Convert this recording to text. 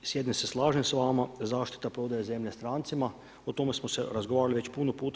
S jednim se slažem s vama, zaštita prodaje zemlje strancima, o tome smo se razgovarali već puno puta.